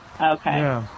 Okay